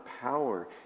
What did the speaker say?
power